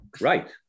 Right